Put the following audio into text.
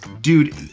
Dude